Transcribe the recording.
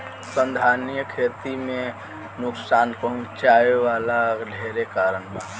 संधारनीय खेती के नुकसान पहुँचावे वाला ढेरे कारण बा